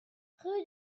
rue